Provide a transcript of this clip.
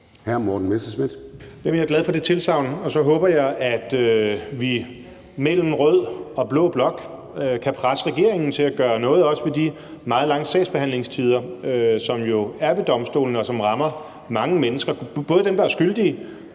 Jeg er glad for det tilsagn, og så håber jeg, at vi mellem rød og blå blok kan presse regeringen til at gøre noget ved de meget lange sagsbehandlingstider, som jo er ved domstolene, og som rammer mange mennesker, både dem, der er skyldige,